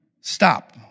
Stop